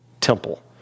temple